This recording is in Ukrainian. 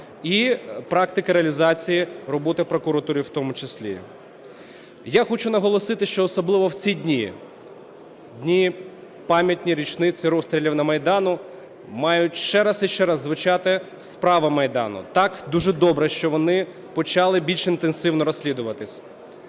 і практика реалізації роботи прокуратури в тому числі. Я хочу наголосити, що особливо в ці дні, дні пам'ятні – річниці розстрілів на Майдані, мають ще раз і ще раз звучати справи Майдану. Так, дуже добре, що вони почали більш інтенсивно розслідуватись.